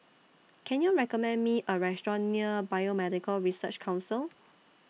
Can YOU recommend Me A Restaurant near Biomedical Research Council